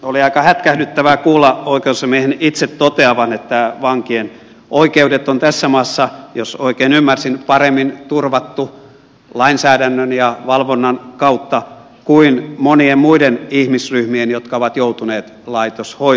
oli aika hätkähdyttävää kuulla oikeusasiamiehen itse toteavan että vankien oikeudet on turvattu tässä maassa jos oikein ymmärsin paremmin lainsäädännön ja valvonnan kautta kuin monien muiden ihmisryhmien jotka ovat joutuneet laitoshoitoon